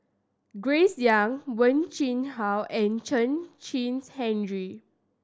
Grace Young Wen Jinhua and Chen Kezhan Henri